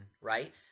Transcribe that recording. right